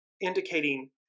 indicating